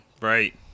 right